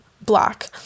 black